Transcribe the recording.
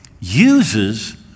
uses